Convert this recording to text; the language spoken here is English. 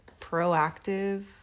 proactive